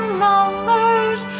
numbers